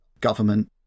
government